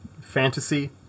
fantasy